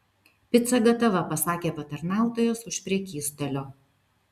pica gatava pasakė patarnautojas už prekystalio